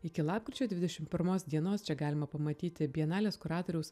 iki lapkričio dvidešim pirmos dienos čia galima pamatyti bienalės kuratoriaus